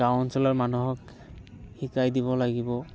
গাঁও অঞ্চলৰ মানুহক শিকাই দিব লাগিব